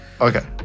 Okay